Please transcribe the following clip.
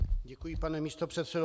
Děkuji, pane místopředsedo.